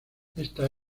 esta